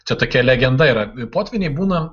čia tokia legenda yra potvyniai būna